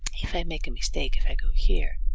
if i make a mistake, if i go here,